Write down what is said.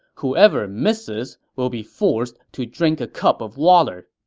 whoever misses will be forced to drink a cup of water.